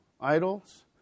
idols